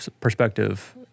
perspective